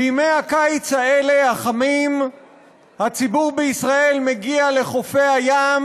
בימי הקיץ החמים האלה הציבור מגיע לחופי הים,